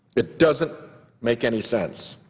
it doesn't make any sense.